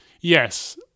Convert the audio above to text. Yes